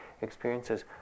experiences